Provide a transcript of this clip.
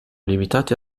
limitati